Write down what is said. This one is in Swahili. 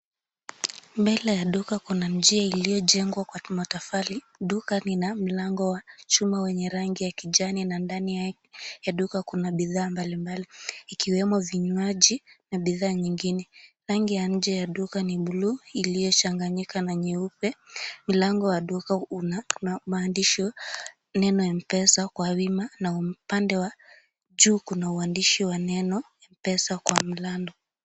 Mbele ya duka kuna njia iliyojengwa kwa matofali. Duka una mlango wa chuma yenye rangi ya kijani na ndani ya duka kuna bidhaa mbalimbali ikiwemo vinywaji na bidhaa nyingine. Rangi ya nje ya duka ni buluu iliyochanganyika na nyeupe. Mlango wa duka una mahandishi neno Mpesa kwa wima na upande wa juu kuna uandishi kwa neno Pesa Kwa Mlando.